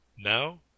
Now